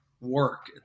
work